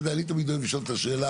אתה יודע אני תמיד אוהב לשאול את השאלה,